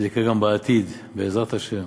זה יקרה גם בעתיד, בעזרת השם.